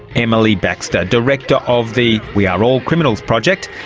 emily baxter, director of the we are all criminals project,